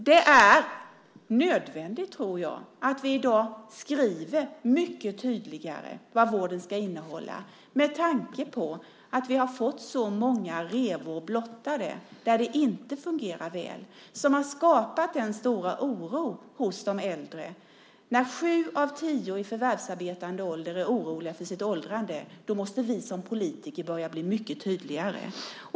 Det är nödvändigt, tror jag, att vi i dag skriver mycket tydligare vad vården ska innehålla med tanke på att vi har fått så många revor blottade där det inte fungerar väl. Det har skapat den stora oron hos de äldre. När sju av tio i förvärvsarbetande ålder är oroliga för sitt åldrande så måste vi som politiker börja bli mycket tydligare.